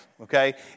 Okay